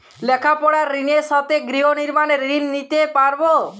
লেখাপড়ার ঋণের সাথে গৃহ নির্মাণের ঋণ নিতে পারব?